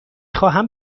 خواهم